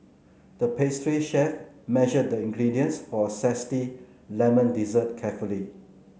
the pastry chef measured the ingredients for a zesty lemon dessert carefully